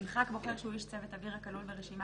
ימחק בוחר שהוא איש צוות אוויר הכלול ברשימה